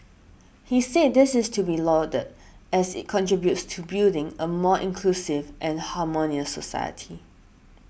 he said this is to be lauded as it contributes to building a more inclusive and harmonious society